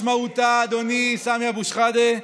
זו משמעותה, אדוני סמי אבו שחאדה,